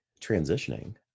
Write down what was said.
transitioning